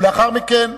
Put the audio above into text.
לאחר מכן,